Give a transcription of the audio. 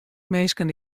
minsken